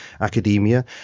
academia